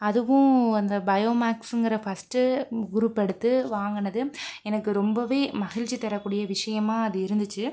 அதுவும் அந்த பயோ மேக்ஸுங்கிற ஃபஸ்ட்டு குரூப் எடுத்து வாங்கினது எனக்கு ரொம்பவே மகிழ்ச்சி தரக்கூடிய விஷியமாக அது இருந்துச்சு